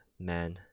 man